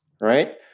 right